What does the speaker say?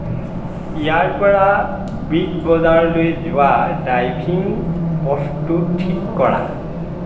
ইয়াৰপৰা বিগ বাজাৰলৈ যোৱা ড্ৰাইভিং পথটো ঠিক কৰা